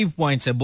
points